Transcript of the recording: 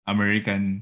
American